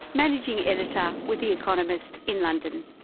managing editor with the economist in london.